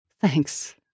Thanks